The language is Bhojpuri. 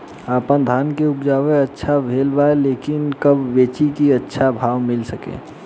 आपनधान के उपज अच्छा भेल बा लेकिन कब बेची कि अच्छा भाव मिल सके?